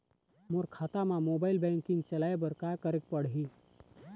मोर खाता मा mobile banking चलाए बर का करेक पड़ही?